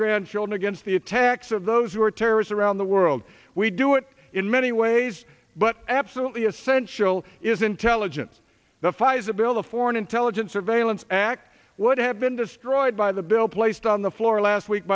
grandchildren against the attacks of those who are terrorists around the world we do it in many ways but absolutely essential is intelligence the pfizer bill the foreign intelligence surveillance act would have been destroyed by the bill placed on the floor last week